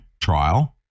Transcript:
trial